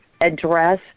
address